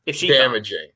damaging